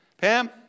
Pam